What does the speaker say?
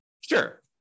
Sure